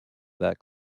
that